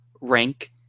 rank